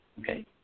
Okay